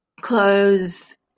clothes